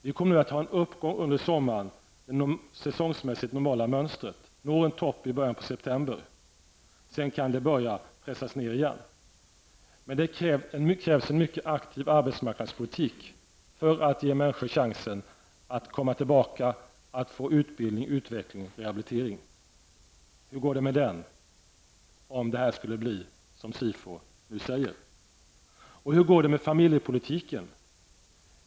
Det kommer att bli en uppgång under sommaren enligt det säsongsmässigt normala mönstret, och det når en topp i början av september. Sedan kan det börja pressas ned igen. Det krävs en mycket aktiv arbetsmarknadspolitik för att ge människor chansen att komma tillbaka och få utbildning, utveckling och rehabilitering. Hur går det med detta om det blir som SIFO nu säger? Hur kommer det att gå med familjepolitiken?